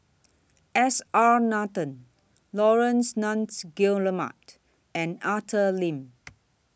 S R Nathan Laurence Nunns Guillemard and Arthur Lim